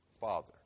father